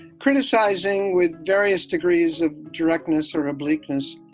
criticizing with various degrees of directness or ah bleakness.